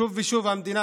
שוב ושוב המדינה,